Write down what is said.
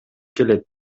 келет